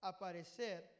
aparecer